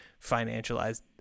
financialized